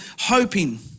hoping